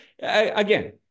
again